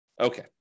Okay